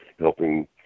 helping